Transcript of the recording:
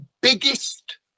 biggest